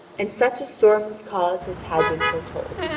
and such a storm was caused as had been foretold.